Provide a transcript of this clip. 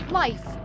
life